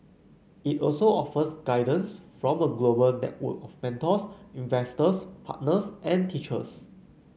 it also offers guidance from a global network of mentors investors partners and teachers